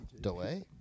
Delay